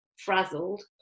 frazzled